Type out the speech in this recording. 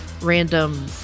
Random